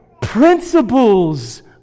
principles